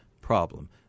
problem